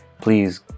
please